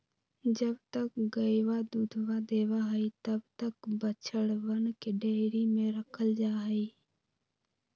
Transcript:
जब तक गयवा दूधवा देवा हई तब तक बछड़वन के डेयरी में रखल जाहई